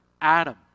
Adam